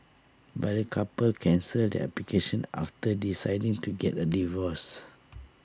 but the couple cancelled their application after deciding to get A divorce